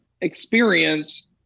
experience